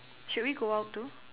should we go out too